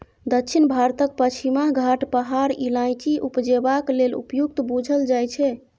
दक्षिण भारतक पछिमा घाट पहाड़ इलाइचीं उपजेबाक लेल उपयुक्त बुझल जाइ छै